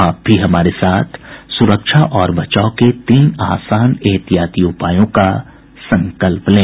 आप भी हमारे साथ सुरक्षा और बचाव के तीन आसान एहतियाती उपायों का संकल्प लें